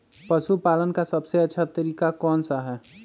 पशु पालन का सबसे अच्छा तरीका कौन सा हैँ?